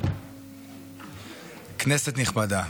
כנסת נכבדה,